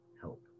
help